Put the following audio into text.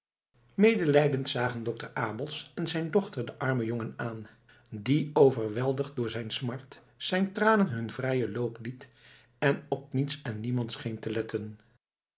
medelijdend zagen dokter abels en zijn dochter den armen jongen aan die overweldigd door zijn smart zijn tranen hun vrijen loop liet en op niets en niemand scheen te letten